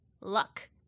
Luck